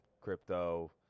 crypto